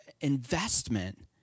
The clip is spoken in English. investment